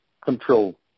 control